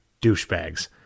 douchebags